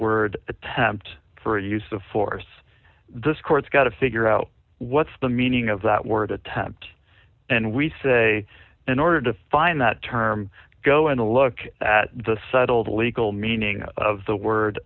word attempt for a use of force this court's got to figure out what's the meaning of that word attempt and we say in order to find that term go and look at the subtle the legal meaning of the word